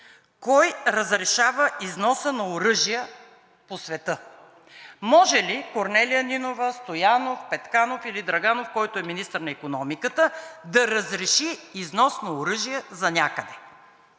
кой разрешава износа на оръжия по света? Може ли Корнелия Нинова, Стоянов, Петканов или Драганов, който е министър на икономиката, да разрежи износ на оръжия за някъде?